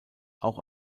auch